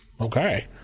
okay